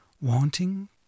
wanting